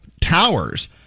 towers